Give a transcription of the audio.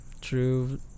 True